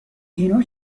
اینا